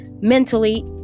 mentally